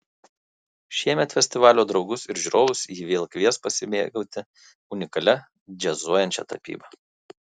šiemet festivalio draugus ir žiūrovus ji vėl kvies pasimėgauti unikalia džiazuojančia tapyba